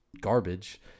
garbage